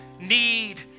need